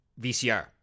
VCR